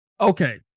Okay